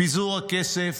פיזור הכסף,